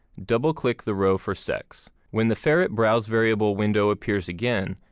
double click the row for sex. when the ferrett browse variable window appears again,